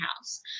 house